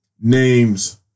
names